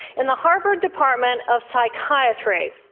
in the harvard department of psychiatry.